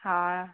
ହଁ